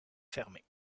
fermés